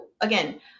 again